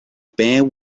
bare